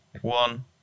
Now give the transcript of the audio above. one